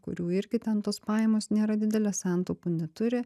kurių irgi ten tos pajamos nėra didelės santaupų neturi